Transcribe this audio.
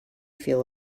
feel